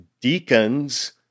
deacons